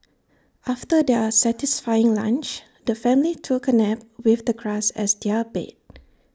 after their satisfying lunch the family took A nap with the grass as their bed